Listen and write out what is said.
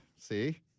See